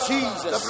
Jesus